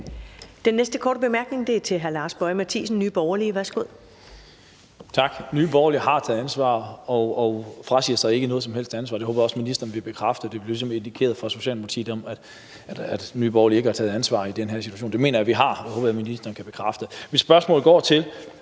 Den næste korte bemærkning er til hr. Lars Boje Mathiesen, Nye Borgerlige. Værsgo. Kl. 15:45 Lars Boje Mathiesen (NB): Tak. Nye Borgerlige har taget ansvar og frasiger sig ikke noget som helst ansvar; det håber jeg også ministeren vil bekræfte. Det blev ligesom indikeret fra Socialdemokratiets side, at Nye Borgerlige ikke har taget ansvar i den her situation. Det mener jeg vi har, og det håber jeg ministeren kan bekræfte. Mit spørgsmål går på: